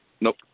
Nope